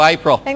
April